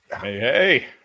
hey